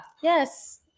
Yes